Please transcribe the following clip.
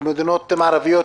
במדינות מערביות,